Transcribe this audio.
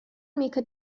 amica